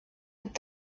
mit